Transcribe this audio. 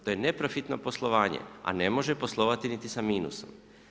To je neprofitno poslovanje, a ne može poslovati niti sa minusom.